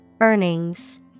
Earnings